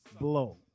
Blow